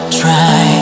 try